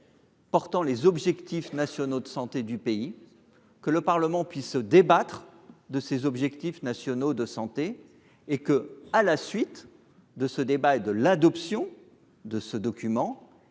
Pourtant, les objectifs nationaux de santé du pays que le Parlement puisse débattre de ses objectifs nationaux de santé et que, à la suite de ce débat et de l'adoption de ce document,